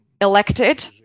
elected